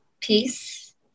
Peace